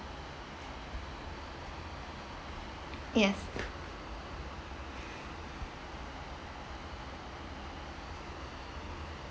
yes